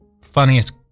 funniest